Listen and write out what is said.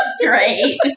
Great